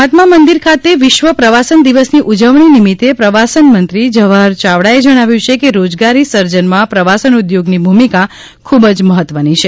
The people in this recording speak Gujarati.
મહાત્મા મંદિર ખાતે વિશ્વ પ્રવાસન દિવસની ઉજવણી નિમિત્તે પ્રવાસનમંત્રી જવાહર યાવડાએ જણાવ્યું છે કે રોજગારી સર્જનમાં પ્રવાસન ઉદ્યોગની ભૂમિકા ખૂબ જ મહત્વની છે